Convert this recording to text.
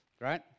right